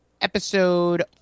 episode